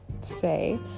say